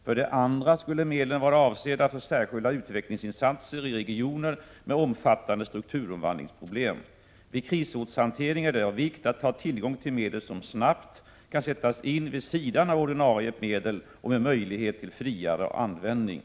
För det andra skulle medlen vara avsedda för särskilda utvecklingsinsatser i regioner med omfattande strukturomvandlingsproblem. Vid krisortshante ring är det av vikt att ha tillgång till medel som snabbt kan sättas in vid sidan — Prot. 1987/88:43 av ordinarie medel och med möjlighet till friare användning.